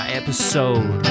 episode